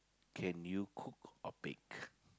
can you cook or bake